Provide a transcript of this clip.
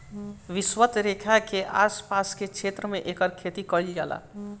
विषवत रेखा के आस पास के क्षेत्र में एकर खेती कईल जाला